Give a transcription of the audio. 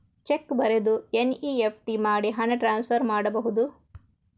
Check ಬರೆದು NEFT ಮಾಡಿ ಹಣ ಟ್ರಾನ್ಸ್ಫರ್ ಮಾಡಬಹುದು?